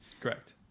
correct